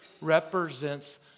represents